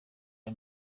aya